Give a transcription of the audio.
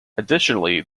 additionally